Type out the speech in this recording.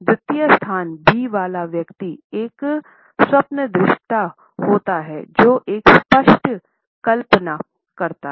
द्वितीय स्थिति 'बी' वाला व्यक्ति एक स्वप्नदृष्टा होता है जो एक स्पष्ट कल्पना करता है